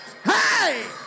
hey